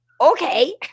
okay